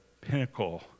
pinnacle